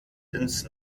ins